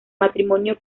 matrimonio